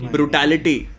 Brutality